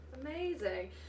Amazing